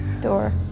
door